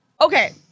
Okay